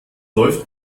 läuft